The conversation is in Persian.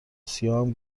سیاهم